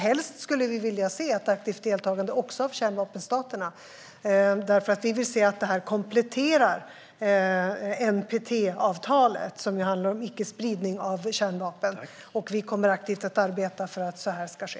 Helst skulle vi vilja se ett aktivt deltagande också av kärnvapenstaterna. Vi vill se att det här kompletterar NTP-avtalet, som handlar om icke-spridning av kärnvapen. Vi kommer aktivt att arbeta för att så ska ske.